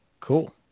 Cool